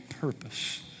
purpose